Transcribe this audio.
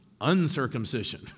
uncircumcision